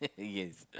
yes